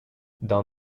dans